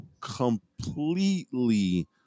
completely